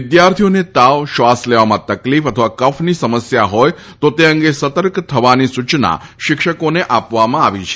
વિદ્યાર્થીઓને તાવ શ્વાસ લેવામાં તકલીફ અથવા કફની સમસ્યા હોય તો તે અંગે સતર્ક થવાની સુયના વર્ગ શિક્ષકોને આપવામાં આવી છે